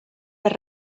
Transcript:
per